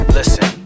Listen